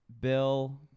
Bill